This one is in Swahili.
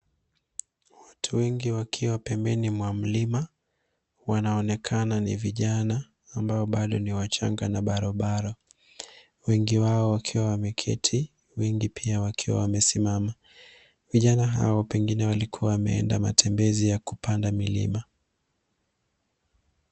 Watu wengi wakiwa pembeni mwa mlima wanaonekana ni vijana ambao bado ni wachanga na barobaro ,wengi wao wakiwa wameketi wengi pia wakiwa wamesimama ,vijana hawa pengine walikuwa wameenda matembezi ya kupanda milima.